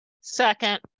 Second